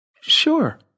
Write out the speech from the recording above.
Sure